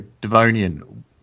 Devonian